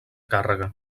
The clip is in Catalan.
càrrega